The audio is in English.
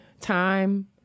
time